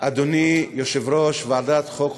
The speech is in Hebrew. אדוני יושב-ראש ועדת החוקה,